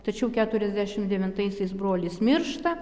tačiau keturiasdešim devintaisiais brolis miršta